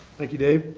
thank you, dave.